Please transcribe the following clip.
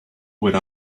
where